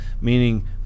meaning